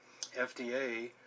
fda